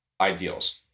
ideals